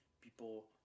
People